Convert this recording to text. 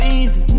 easy